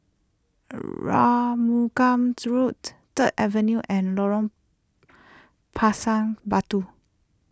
Arumugam's Road Third Avenue and Lorong Pisang Batu